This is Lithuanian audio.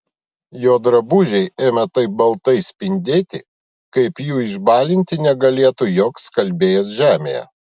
jo drabužiai ėmė taip baltai spindėti kaip jų išbalinti negalėtų joks skalbėjas žemėje